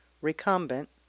recumbent